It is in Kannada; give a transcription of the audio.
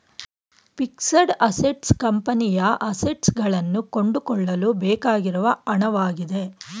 ಫಿಕ್ಸಡ್ ಅಸೆಟ್ಸ್ ಕಂಪನಿಯ ಅಸೆಟ್ಸ್ ಗಳನ್ನು ಕೊಂಡುಕೊಳ್ಳಲು ಬೇಕಾಗಿರುವ ಹಣವಾಗಿದೆ